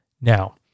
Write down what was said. Now